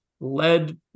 Led